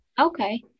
Okay